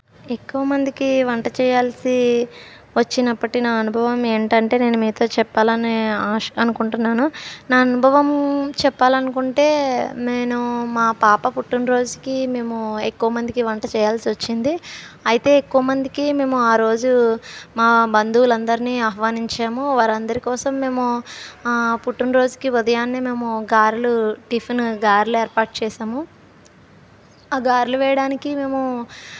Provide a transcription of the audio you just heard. ఎక్కువ మందికి వంట చేయాల్సి వచ్చినప్పటి నా అనుభవం ఏంటంటే నేను మీతో చెప్పాలని ఆశ అనుకుంటున్నాను నా అనుభవం చెప్పాలనుకుంటే నేను మా పాప పుట్టిన రోజుకి మేము ఎక్కువ మందికి వంట చేయాల్సి వచ్చింది అయితే ఎక్కువ మందికి మేము ఆరోజు మా బంధువులందరినీ ఆహ్వానించాము వారందరి కోసం మేము పుట్టిన రోజుకి ఉదయాన్నే మేము గారెలు టిఫిన్ గారెలు ఏర్పాటు చేసాము ఆ గారెలు వేయడానికి మేము